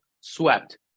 swept